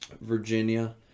Virginia